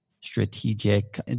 strategic